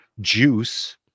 juice